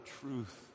truth